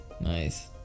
Nice